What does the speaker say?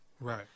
Right